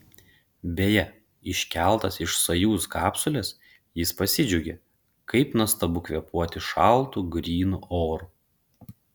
beje iškeltas iš sojuz kapsulės jis pasidžiaugė kaip nuostabu kvėpuoti šaltu grynu oru